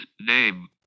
name